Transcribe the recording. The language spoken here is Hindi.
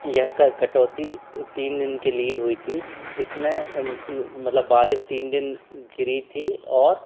यह कटौती तीन दिन के लिए हुई थी इस में मतलब बारिश तीन दिन गिरी थी और